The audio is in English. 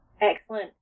Excellent